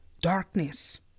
darkness